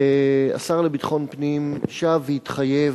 והשר לביטחון הפנים שב והתחייב